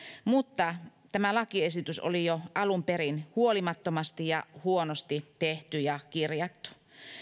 mutta tämä lakiesitys oli jo alun perin huolimattomasti ja huonosti tehty ja kirjattu